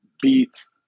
beats